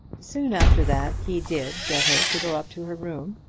soon after that he did get her to go up to her room,